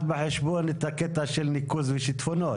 בחשבון את עניין הניקוז והשיטפונות.